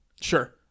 Sure